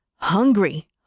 hungry